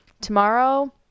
tomorrow